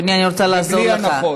אדוני, אני רוצה לעזור לך.